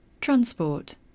transport